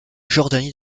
jordanie